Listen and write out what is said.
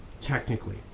Technically